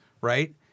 right